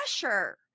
pressure